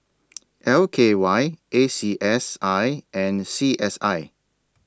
L K Y A C S I and C S I